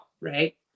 Right